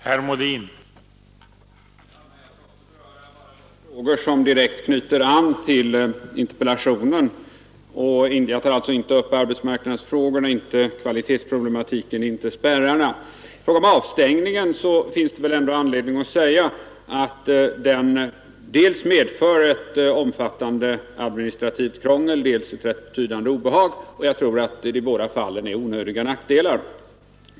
Herr talman! Jag skall bara beröra de frågor som direkt knyter an till interpellationen, och jag tar alltså inte upp arbetsmarknadsfrågorna, kvalitetsproblematiken och spärrarna. Beträffande avstängningen finns det väl ändå anledning att säga att den dels medför ett omfattande administrativt krångel, dels ett rätt betydande obehag, och jag tror att det i båda fallen rör sig om onödiga nackdelar.